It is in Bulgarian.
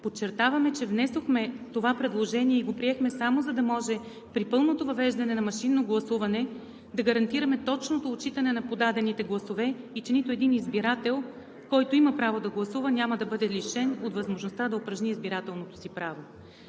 Подчертаваме, че внесохме това предложение и го приехме само за да може при пълното въвеждане на машинно гласуване да гарантираме точното отчитане на подадените гласове и че нито един избирател, който има право да гласува, няма да бъде лишен от възможността да упражни избирателното си право.